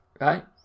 Right